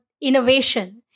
innovation